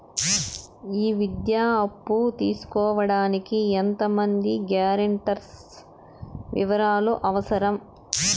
ఈ విద్యా అప్పు తీసుకోడానికి ఎంత మంది గ్యారంటర్స్ వివరాలు అవసరం?